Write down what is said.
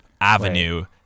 avenue-